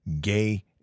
gay